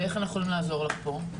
ואיך אנחנו יכולים לעזור לך פה?